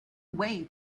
way